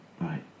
Right